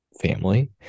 family